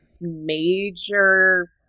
major